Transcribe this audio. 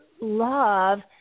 love